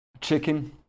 chicken